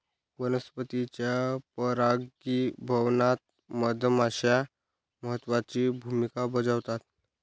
वनस्पतींच्या परागीभवनात मधमाश्या महत्त्वाची भूमिका बजावतात